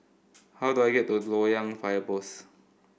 how do I get to Loyang Fire Post